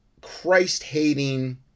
Christ-hating